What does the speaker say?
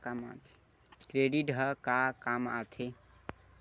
Credit ह का काम आथे?